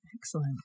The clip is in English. Excellent